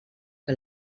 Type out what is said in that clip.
que